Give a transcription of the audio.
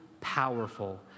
powerful